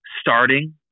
starting